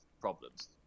problems